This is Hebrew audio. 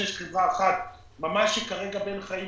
שיש חברה אחת שכרגע היא ממש בין חיים